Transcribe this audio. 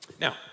Now